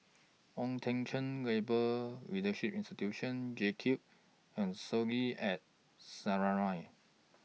Ong Teng Cheong Labour Leadership Institute JCube and Soleil At Sinaran